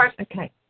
okay